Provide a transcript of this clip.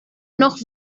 noch